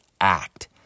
act